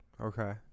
Okay